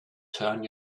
turn